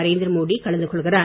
நரேந்திரமோடி கலந்து கொள்கிறார்